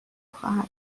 خواهد